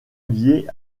lié